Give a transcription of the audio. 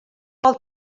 pel